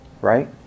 Right